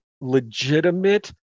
legitimate